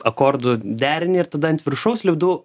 akordų derinį ir tada ant viršaus lipdau